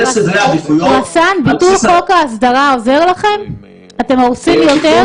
הדבר הבא זה אדמות המדינה, שאלו שטחים מאוד מאוד